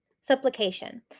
Supplication